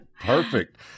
perfect